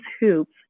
hoops